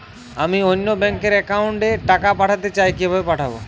আমি অন্য ব্যাংক র অ্যাকাউন্ট এ টাকা পাঠাতে চাই কিভাবে পাঠাবো?